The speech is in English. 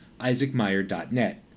isaacmeyer.net